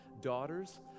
daughters